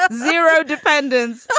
but zero defendants